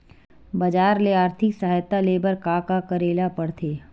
बजार ले आर्थिक सहायता ले बर का का करे ल पड़थे?